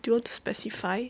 do you want to specify